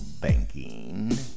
banking